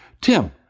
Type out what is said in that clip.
Tim